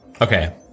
Okay